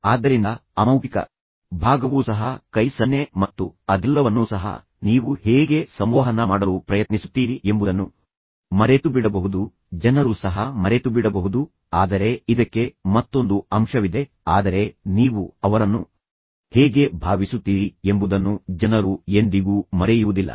ಆದ್ದರಿಂದ ಅಮೌಖಿಕ ಭಾಗವೂ ಸಹ ಕೈ ಸನ್ನೆ ಮತ್ತು ಅದೆಲ್ಲವನ್ನೂ ಸಹ ನೀವು ಹೇಗೆ ಸಂವಹನ ಮಾಡಲು ಪ್ರಯತ್ನಿಸುತ್ತೀರಿ ಎಂಬುದನ್ನು ಮರೆತುಬಿಡಬಹುದು ಜನರು ಸಹ ಮರೆತುಬಿಡಬಹುದು ಆದರೆ ಇದಕ್ಕೆ ಮತ್ತೊಂದು ಅಂಶವಿದೆ ಆದರೆ ನೀವು ಅವರನ್ನು ಹೇಗೆ ಭಾವಿಸುತ್ತೀರಿ ಎಂಬುದನ್ನು ಜನರು ಎಂದಿಗೂ ಮರೆಯುವುದಿಲ್ಲ